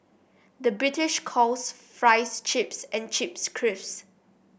the British calls fries chips and chips crisps